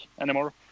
anymore